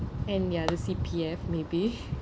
and ya the C_P_F maybe